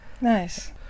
Nice